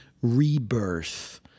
rebirth